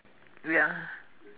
ya